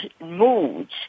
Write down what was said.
moods